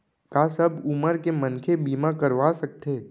का सब उमर के मनखे बीमा करवा सकथे?